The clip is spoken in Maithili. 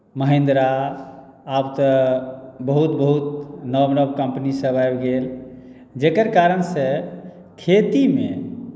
महिन्द्रा आब तऽ बहुत बहुत नव नव कंपनीसभ आबि गेल जकर कारणसँ खेतीमे